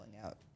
out